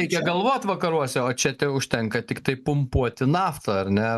reikia galvot vakaruose o čia tai užtenka tiktai pumpuoti naftą ar ne